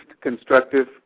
constructive